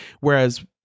Whereas